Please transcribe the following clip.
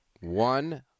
One